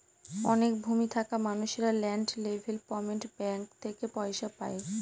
অনেক ভূমি থাকা মানুষেরা ল্যান্ড ডেভেলপমেন্ট ব্যাঙ্ক থেকে পয়সা পায়